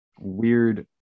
weird